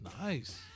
Nice